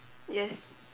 yes